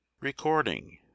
Recording